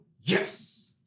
yes